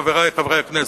חברי חברי הכנסת,